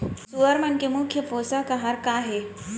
सुअर मन के मुख्य पोसक आहार का हे?